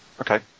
Okay